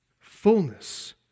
fullness